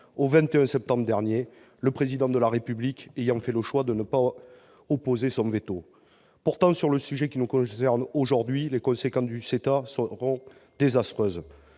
au 21 septembre dernier, le Président de la République ayant fait le choix de ne pas mettre son veto. Pourtant, sur le sujet qui nous concerne aujourd'hui, les conséquences du CETA seront désastreuses.